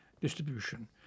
distribution